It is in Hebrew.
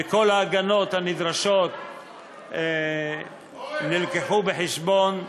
וכל ההגנות הנדרשות הובאו בחשבון,